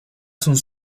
sunt